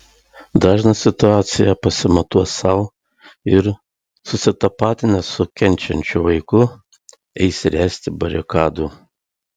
dažnas situaciją pasimatuos sau ir susitapatinęs su kenčiančiu vaiku eis ręsti barikadų